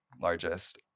largest